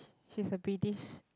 she's a British